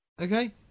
Okay